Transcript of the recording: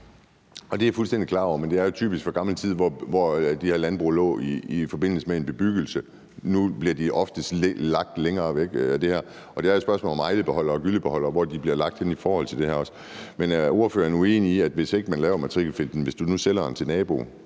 Det er jeg fuldstændig klar over. Men det er jo typisk fra gammel tid, hvor de her landbrug lå i forbindelse med en bebyggelse. Nu bliver de ofte lagt længere væk. Og det er et spørgsmål om, hvor gyllebeholdere og ajlebeholdere bliver lagt henne i forhold til det her. Men er ordføreren i forbindelse med matrikelfinten uenig i, at hvis man nu sælger den til naboen,